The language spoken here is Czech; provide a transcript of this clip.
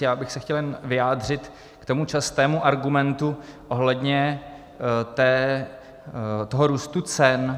Já bych se chtěl jen vyjádřit k tomu častému argumentu ohledně růstu cen.